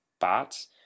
bots